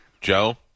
Joe